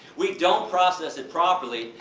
we don't process it properly.